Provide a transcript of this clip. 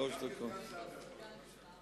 גם כסגן שר אתה יכול להגביל.